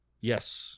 yes